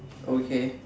okay